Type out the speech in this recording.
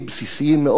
בסיסיים מאוד,